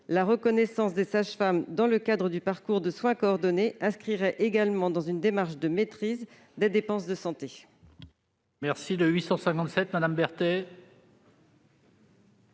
La reconnaissance des sages-femmes dans le cadre du parcours de soins coordonnés s'inscrirait également dans une démarche de maîtrise les dépenses de santé.